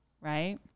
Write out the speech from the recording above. right